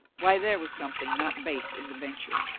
why there was something not base in the venture.